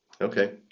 okay